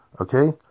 Okay